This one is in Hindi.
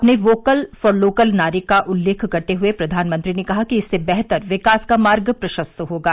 अपने वोकल फॉर लोकल नारे का उल्लेख करते हुए प्रधानमंत्री ने कहा कि इससे बेहतर विकास का मार्ग प्रशस्त होगा